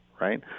right